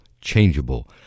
changeable